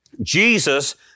Jesus